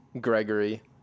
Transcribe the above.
Gregory